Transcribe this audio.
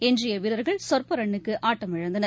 எஞ்சிய வீரர்கள் சொற்ப ரன்னுக்கு ஆட்டமிழந்தனர்